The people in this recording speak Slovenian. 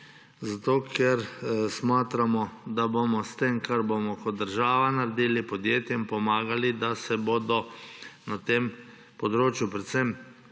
ker smatramo, da bomo s tem, kar bomo kot država naredili, podjetjem pomagali, da se bodo na tem področju predvsem